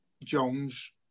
Jones